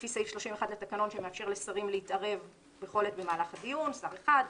לפי סעיף 31 לתקנון שמאפשר לשרים להתערב במהלך הדיון שר אחד,